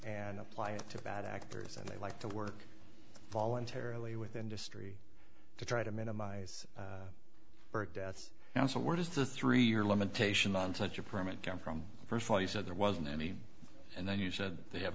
and apply it to bad actors and they like to work voluntarily with industry to try to minimize deaths and so where does the three year limitation on such a permit come from first of all you said there wasn't any and then you said you have